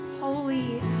Holy